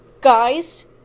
Guys